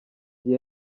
gihe